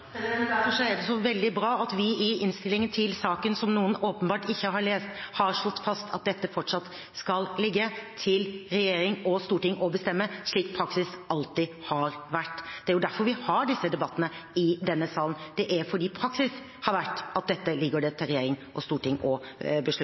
Derfor er det så veldig bra at vi i innstillingen til saken som noen åpenbart ikke har lest, har slått fast at dette fortsatt skal ligge til regjering og storting å bestemme, slik praksis alltid har vært. Det er jo derfor vi har disse debattene i denne salen – fordi praksis har vært at dette ligger